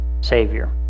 Savior